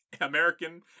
American